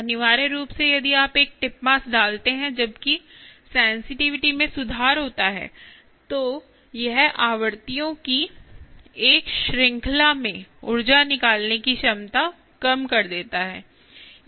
अनिवार्य रूप से यदि आप एक टिप मास डालते हैं जबकि सेंसिटिविटी में सुधार होता है तो यह आवृत्तियों की एक श्रृंखला में ऊर्जा निकालने की क्षमता कम कर देता है यही समस्या है